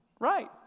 Right